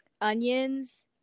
onions